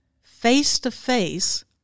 face-to-face